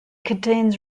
contains